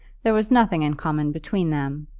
there was nothing in common between them,